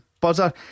buzzer